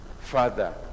Father